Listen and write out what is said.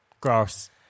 Gross